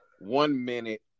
one-minute